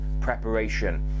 preparation